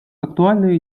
актуальной